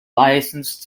licensed